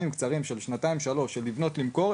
קצר של שנתיים שלוש של לבנות ולמכור,